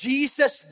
Jesus